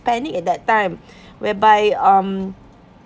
panic at that time whereby um